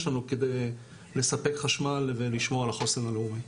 לנו כדי לספק חשמל ולשמור על החוסן הלאומי.